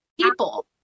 people